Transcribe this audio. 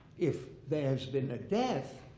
if there has been a death,